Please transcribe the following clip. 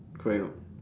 correct not